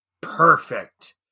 perfect